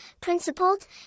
principled